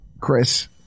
Chris